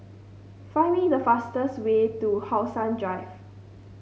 find me the fastest way to How Sun Drive